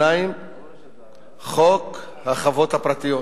2. חוק החוות הפרטיות,